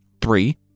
Three